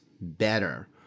better